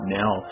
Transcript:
now